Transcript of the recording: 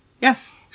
yes